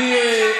אדוני השר,